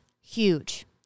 huge